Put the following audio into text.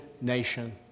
nation